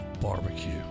barbecue